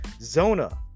Zona